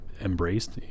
embraced